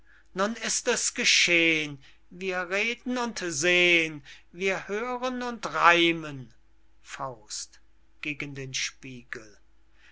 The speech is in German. nun ist es geschehn wir reden und sehn wir hören und reimen faust gegen den spiegel